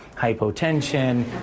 hypotension